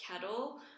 kettle